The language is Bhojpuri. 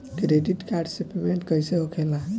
क्रेडिट कार्ड से पेमेंट कईसे होखेला?